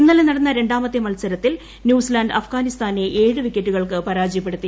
ഇന്നലെ നടന്ന രണ്ടാമത്തെ മത്സരത്തിൽ ന്യൂസ്ലാന്റ് അഫ്ഗാനിസ്ഥാനെ ഏഴ് വിക്കറ്റുകൾക്ക് പരാജയപ്പെടുത്തി